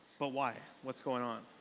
but why? what's going on?